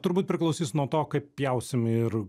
turbūt priklausys nuo to kaip pjausim ir